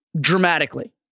dramatically